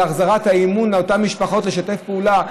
על החזרת האמון לאותן משפחות לשתף פעולה,